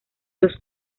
los